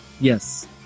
Yes